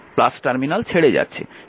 এটি টার্মিনাল ছেড়ে যাচ্ছে